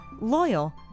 loyal